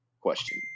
question